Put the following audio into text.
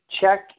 check